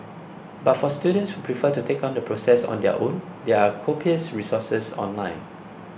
but for students who prefer to take on the process on their own there are copious resources online